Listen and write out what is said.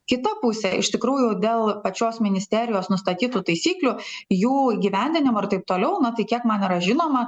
kita pusė iš tikrųjų dėl pačios ministerijos nustatytų taisyklių jų įgyvendinimo ir taip toliau na tai kiek man yra žinoma